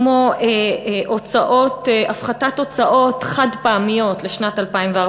כמו הפחתת הוצאות חד-פעמיות לשנת 2014,